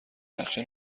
نقشه